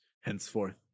Henceforth